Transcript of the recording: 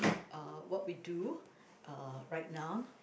uh what we do uh right now